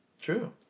True